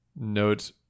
Note